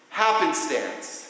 happenstance